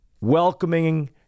welcoming